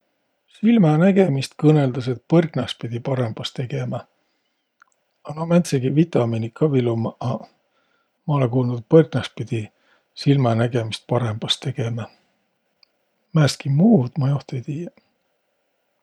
Silmänägemist kõnõldas, et põrknas pidi parõmbas tegemä. A no määntsegiq vitamiiniq ka viil ummaq, a ma olõ kuuldnuq, et põrknas pidi silmänägemist parõmbas tegemä. Määnestki muud ma joht ei tiiäq.